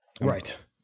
right